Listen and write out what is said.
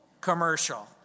commercial